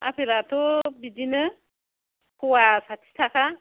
आपेलाथ' बिदिनो पवा साथि थाखा